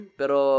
pero